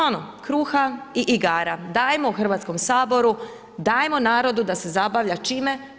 Ono kruha i igara, dajmo Hrvatskom saboru, dajmo narodu, da se zabavlja, čime?